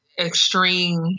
extreme